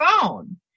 phone